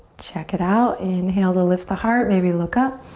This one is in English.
check it out. inhale to lift the heart, maybe look up.